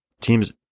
teams